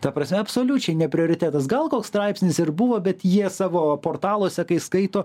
ta prasme absoliučiai ne prioritetas gal koks straipsnis ir buvo bet jie savo portaluose kai skaito